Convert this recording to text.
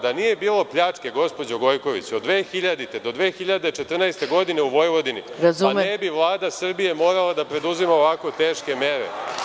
Da nije bilo pljačke, gospođo Gojković, od 2000. do 2014. godine u Vojvodini, ne bi Vlada Srbije morala da preduzima ovako teške mere.